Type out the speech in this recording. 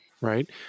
right